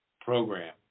program